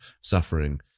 suffering